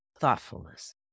thoughtfulness